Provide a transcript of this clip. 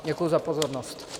Děkuji za pozornost.